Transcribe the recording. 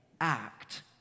act